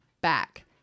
back